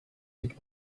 with